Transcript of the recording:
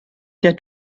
der